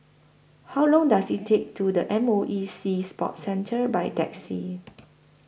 How Long Does IT Take to The M O E Sea Sports Centre By Taxi